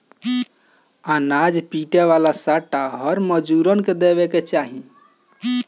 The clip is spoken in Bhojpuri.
अनाज पीटे वाला सांटा हर मजूरन के देवे के चाही